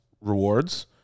rewards